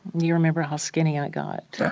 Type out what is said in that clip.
you remember how skinny i got?